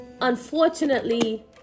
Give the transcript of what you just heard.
unfortunately